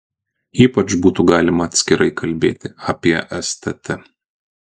ypač būtų galima atskirai kalbėti apie stt